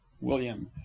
william